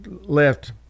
left